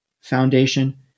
Foundation